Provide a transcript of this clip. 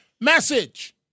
message